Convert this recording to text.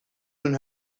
hun